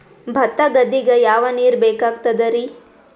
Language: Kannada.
ಭತ್ತ ಗದ್ದಿಗ ಯಾವ ನೀರ್ ಬೇಕಾಗತದರೀ?